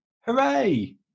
Hooray